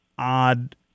odd